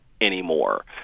anymore